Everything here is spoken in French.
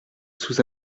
sous